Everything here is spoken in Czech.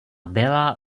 byla